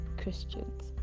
Christians